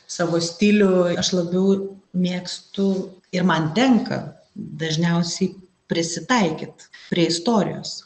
savo stilių aš labiau mėgstu ir man tenka dažniausiai prisitaikyt prie istorijos